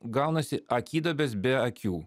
gaunasi akiduobės be akių